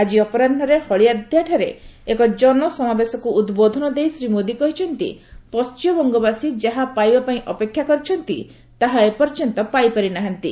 ଆଜି ଅପରାହୁରେ ହଳଦିଆଠାରେ ଏକ ଜନସମାବେଶକୁ ଉଦ୍ବୋଧନ ଦେଇ ଶ୍ରୀ ମୋଦି କହିଛନ୍ତି ପଣ୍ଟିମବଙ୍ଗବାସୀ ଯାହା ପାଇବାପାଇଁ ଅପେକ୍ଷା କରିଛନ୍ତି ତାହା ଏପର୍ଯ୍ୟନ୍ତ ପାଇପାରି ନାହାନ୍ତି